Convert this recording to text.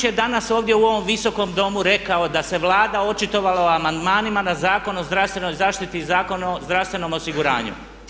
Ministar Nakić je danas ovdje u ovom Visokom domu rekao da se Vlada očitovala o amandmanima na Zakon o zdravstvenoj zaštiti i Zakon o zdravstvenom osiguranju.